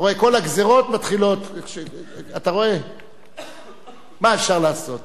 אתה רואה, כל הגזירות מתחילות, מה אפשר לעשות.